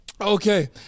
okay